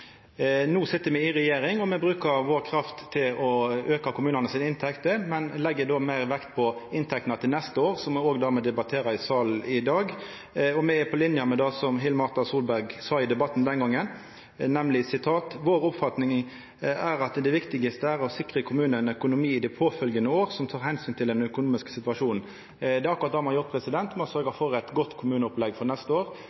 No sit me i regjering, og me brukar krafta vår til å auka inntektene til kommunane, men legg meir vekt på inntektene til neste år, som òg er det me debatterer i salen i dag. Me er på linje med det som Hill-Marta Solberg sa i debatten den gongen, nemleg: «Vår oppfatning er at det viktigste er å sikre kommunene en økonomi i det påfølgende år som tar hensyn til den økonomiske situasjonen.» Det er akkurat det me har gjort. Me har sørgt for eit godt kommuneopplegg for neste år,